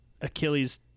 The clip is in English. Achilles